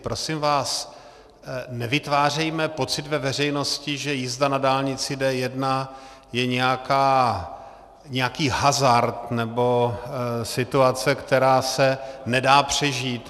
Prosím vás, nevytvářejme pocit ve veřejnosti, že jízda na dálnici D1 je nějaký hazard nebo situace, která se nedá přežít.